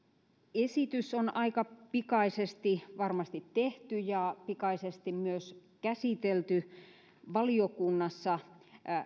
esitys on varmasti aika pikaisesti tehty ja pikaisesti myös käsitelty valiokunnassa